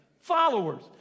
Followers